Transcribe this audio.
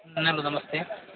ma'am नमस्ते